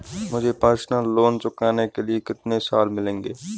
मुझे personal loan चुकाने के लिए कितने साल मिलेंगे?